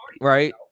right